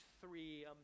three